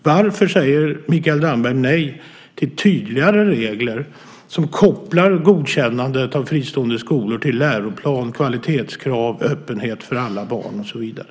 Varför säger Mikael Damberg nej till tydligare regler som kopplar godkännandet av fristående skolor till läroplan, kvalitetskrav, öppenhet för alla barn och så vidare?